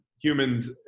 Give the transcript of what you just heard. humans